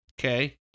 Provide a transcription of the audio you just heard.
Okay